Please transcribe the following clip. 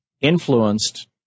influenced